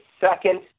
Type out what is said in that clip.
second